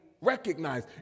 recognize